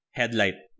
headlight